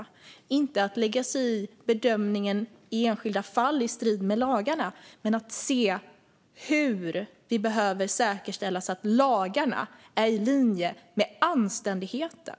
Det handlar inte om att lägga sig i bedömningen av enskilda fall i strid med lagarna utan om att säkerställa att lagarna är i linje med anständigheten.